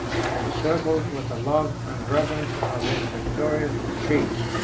and encircled with the love and reverence of his victorious chiefs.